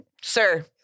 Sir